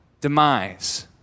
demise